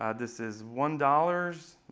ah this is one dollars,